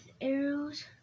arrows